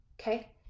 Okay